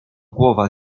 głowa